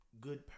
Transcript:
good